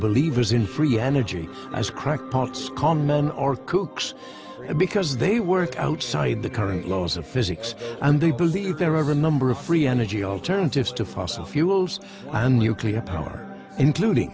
believers in free energy as crackpots con men or kooks because they work outside the current laws of physics and they believe there are a number of free energy alternatives to fossil fuels and nuclear power including